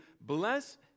bless